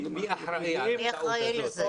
מי אחראי לזה?